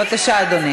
בבקשה, אדוני.